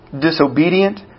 disobedient